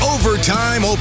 Overtime